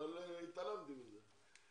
אבל התעלמתי מזה.